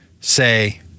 say